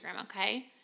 okay